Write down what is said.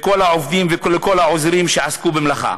לכל העובדים ולכל העוזרים שעסקו במלאכה.